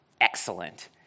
excellent